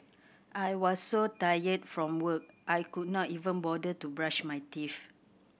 I was so tired from work I could not even bother to brush my teeth